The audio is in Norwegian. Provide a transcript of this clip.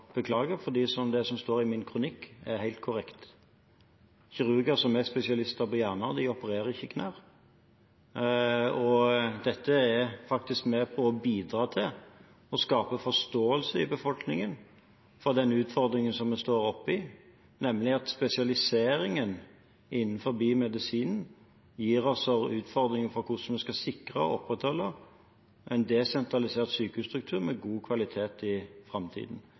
beklage, for det som står i min kronikk, er helt korrekt. Kirurger som er spesialister på hjerner, opererer ikke knær. Dette er faktisk med på å bidra til å skape forståelse i befolkningen for den utfordringen vi står i, nemlig at spesialiseringen innenfor medisinen gir oss utfordringer når det gjelder hvordan vi skal sikre og opprettholde en desentralisert sykehusstruktur med god kvalitet i framtiden.